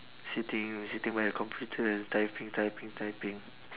sitting sitting by the computer and typing typing typing